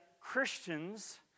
Christians